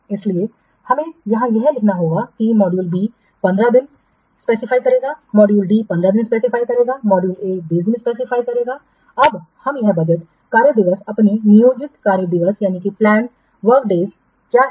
इसलिए हमें यहां यह लिखना होगा कि मॉड्यूल बी 15 दिन निर्दिष्ट करेगा मॉड्यूल डी 15 दिन निर्दिष्ट करेगा मॉड्यूल ए 20 दिन निर्दिष्ट करेगा अब हम यह बजट कार्यदिवस उसके नियोजित कार्य दिवस क्या हैं